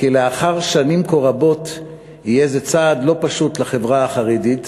כי לאחר שנים כה רבות יהיה זה צעד לא פשוט לחברה החרדית